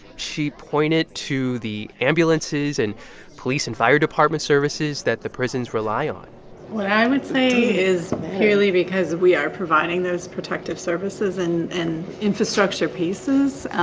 she pointed to the ambulances and police and fire department services that the prisons rely on what i would say is purely because we are providing those protective services and and infrastructure pieces,